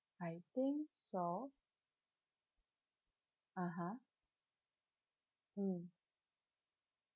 I think so (uh huh) mm